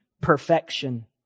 perfection